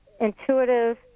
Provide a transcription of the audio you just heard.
intuitive